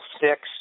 six